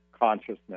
consciousness